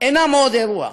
אינם עוד אירוע,